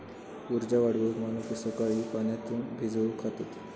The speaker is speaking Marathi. उर्जा वाढवूक मनुके सकाळी पाण्यात भिजवून खातत